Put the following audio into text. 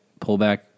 pullback